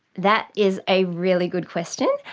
that is a really good question,